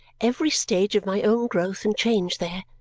every stage of my own growth and change there,